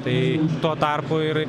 tai tuo tarpu ir